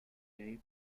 gay